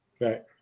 Right